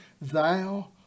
Thou